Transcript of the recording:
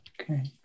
Okay